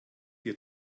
dir